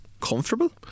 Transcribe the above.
Comfortable